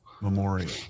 memorial